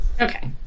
Okay